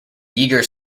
yeager